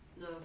No